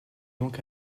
donc